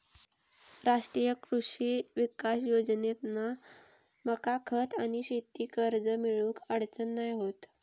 राष्ट्रीय कृषी विकास योजनेतना मका खत आणि शेती कर्ज मिळुक अडचण नाय होत